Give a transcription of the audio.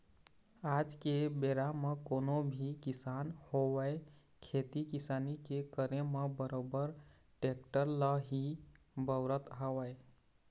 आज के बेरा म कोनो भी किसान होवय खेती किसानी के करे म बरोबर टेक्टर ल ही बउरत हवय